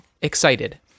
excited